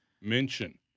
mention